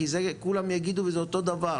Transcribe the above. כי כולם יגידו את זה וזה אותו דבר,